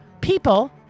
people